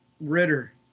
Ritter